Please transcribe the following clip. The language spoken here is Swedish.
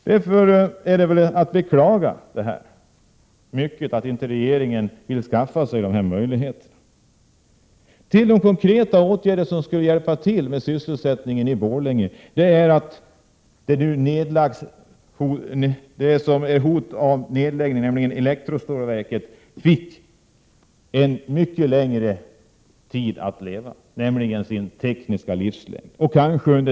Därför är det att beklaga att regeringen inte vill skaffa sig dessa möjligheter. Till de konkreta åtgärder som skulle hjälpa till med sysselsättningen i Borlänge hör att ge det nu nedläggningshotade elektrostålverket en längre tid att leva. Elektrostålverket bör få vara kvar under sin tekniska livslängd.